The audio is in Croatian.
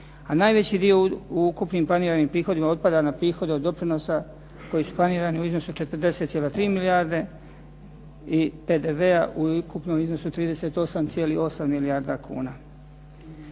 najveći dio u ukupnim planiranim prihodima otpada na prihode od doprinosa koji su planirani u iznosu od 40,3 milijarde i PDV-a u ukupnom iznosu od 38,8 milijardi kuna.